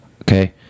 Okay